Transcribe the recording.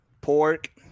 Pork